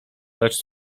lecz